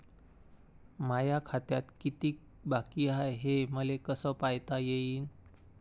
माया खात्यात कितीक बाकी हाय, हे मले कस पायता येईन?